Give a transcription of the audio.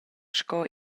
sco